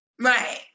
Right